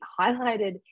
highlighted